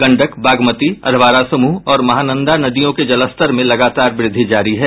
गंडक बागमती अधवारा समूह और महानंदा नदियों के जलस्तर में लगातार वृद्धि जारी है